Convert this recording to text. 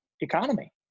economy